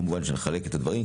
כמובן שנחלק את הדברים.